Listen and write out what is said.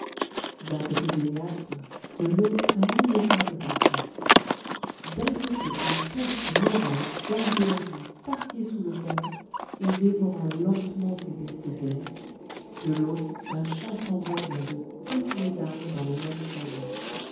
d'un côté des miasmes de l'autre un ineffable parfum d'un côté une peste morale gardée à vue parquée sous le canon et dévorant lentement ses pestiférés de l'autre un chaste embrasement de toutes les âmes dans le même foyer